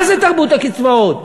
מה זה תרבות הקצבאות?